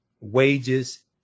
wages